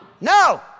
No